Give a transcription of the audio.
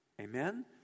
Amen